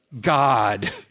God